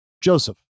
Joseph